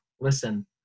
listen